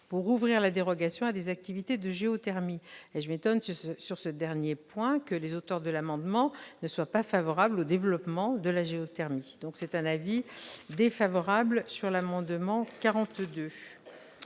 d'ouvrir la dérogation à des activités de géothermie. Je m'étonne, sur ce dernier point, que les auteurs de l'amendement ne soient pas favorables au développement de la géothermie. La commission a donc émis un avis défavorable sur cet amendement,